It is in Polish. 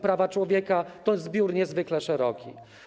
Prawa człowieka to zbiór niezwykle szeroki.